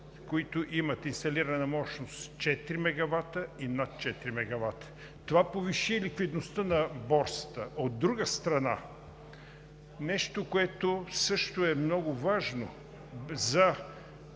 които имат инсталирана мощност четири мегавата и над четири мегавата. Това повиши ликвидността на Борсата. От друга страна, нещо, което също е много важно за